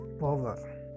power